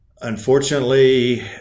unfortunately